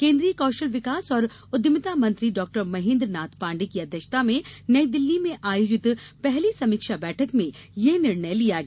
केंद्रीय कौशल विकास और उद्यमिता मंत्री डॉ महेंद्र नाथ पांडेय की अध्यक्षता में नई दिल्ली में आयोजित पहली समीक्षा बैठक में यह निर्णय लिया गया